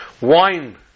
Wine